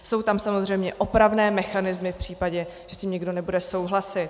Jsou tam samozřejmě opravné mechanismy v případě, že s tím někdo nebude souhlasit.